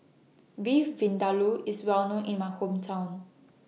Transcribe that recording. Beef Vindaloo IS Well known in My Hometown